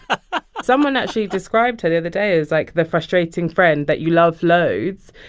someone actually described her the other day as, like, the frustrating friend that you love loads.